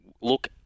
look